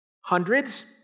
hundreds